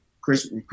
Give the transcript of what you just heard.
Chris